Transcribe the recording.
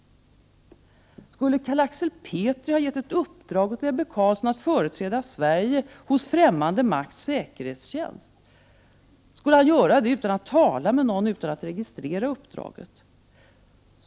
Skulle Carl Axel Petri ha gett ett uppdrag åt Ebbe Carlsson att företräda Sverige vid fftämmande makts säkerhetstjänst? Skulle han ha gjort det utan att tala med någon och utan att registrera uppdraget?